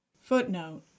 Footnote